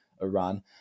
Iran